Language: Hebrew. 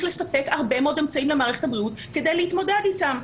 לספק הרבה מאוד אמצעים למערכת הבריאות כדי להתמודד איתם.